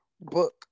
book